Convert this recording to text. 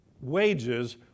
wages